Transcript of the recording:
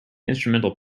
instrumental